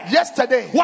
Yesterday